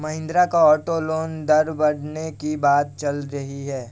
महिंद्रा का auto loan दर बढ़ने की बात चल रही है